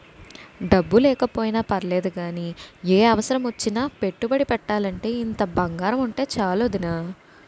డబ్బు లేకపోయినా పర్లేదు గానీ, ఏ అవసరమొచ్చినా పెట్టుబడి పెట్టాలంటే ఇంత బంగారముంటే చాలు వొదినా